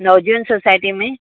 नव जीवन सोसाइटी में